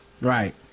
Right